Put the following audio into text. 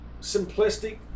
simplistic